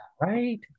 right